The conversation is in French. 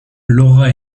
laura